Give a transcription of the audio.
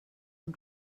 amb